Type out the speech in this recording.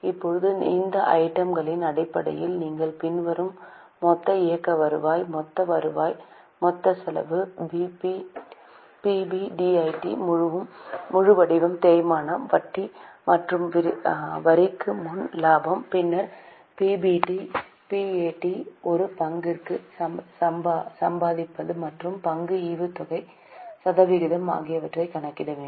இப்போது இந்த ஐட்டம் களின் அடிப்படையில் நீங்கள் பின்வரும் மொத்த இயக்க வருவாய் மொத்த வருவாய் மொத்த செலவு பிபிடிஐடி முழு வடிவம் தேய்மானம் வட்டி மற்றும் வரிக்கு முன் லாபம் பின்னர் பிபிடி பிஏடி ஒரு பங்குக்கு சம்பாதிப்பது மற்றும் பங்கு ஈவுத்தொகை சதவீதம் ஆகியவற்றைக் கணக்கிட வேண்டும்